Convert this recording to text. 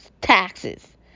taxes